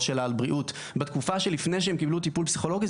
שלה על בריאות בתקופה שלפני שהם קיבלו טיפול פסיכולוגי,